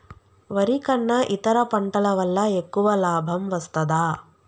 వరి కన్నా ఇతర పంటల వల్ల ఎక్కువ లాభం వస్తదా?